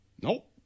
Nope